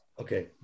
okay